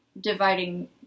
dividing